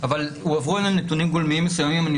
שהיא תמיד הייתה קיימת והמודעות גדלה והמצלמות,